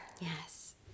Yes